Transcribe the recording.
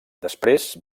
després